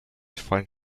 find